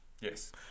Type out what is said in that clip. Yes